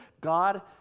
God